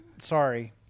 sorry